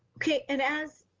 okay. and as,